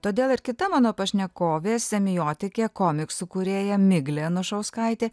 todėl ir kita mano pašnekovė semiotikė komiksų kūrėja miglė anušauskaitė